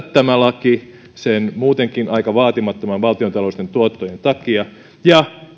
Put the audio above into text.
tämä laki sen muutenkin aika vaatimattomien valtiontaloudellisten tuottojen takia ja